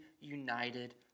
united